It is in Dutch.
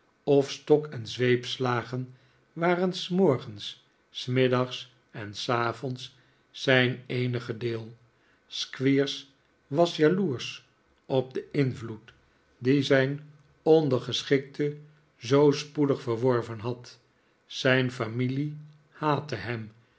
of stok en zweepslagen waren s morgens s middags en s avonds zijn eenige deel squeers was jaloersch op den invloed dien zijn ondergeschikte zoo spoedig verworven had zijn familie haatte hem